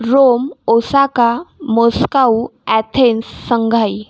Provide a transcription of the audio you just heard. Rome Osaka Moscow Athens Shanghai